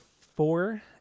four